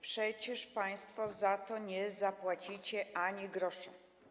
Przecież państwo za to nie zapłacicie ani grosza.